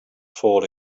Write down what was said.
falling